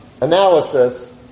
analysis